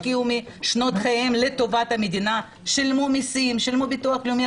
השקיעו משנות חייהם לטובת המדינה ושילמו מסים וביטוח לאומי,